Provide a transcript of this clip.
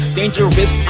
dangerous